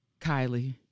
Kylie